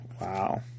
Wow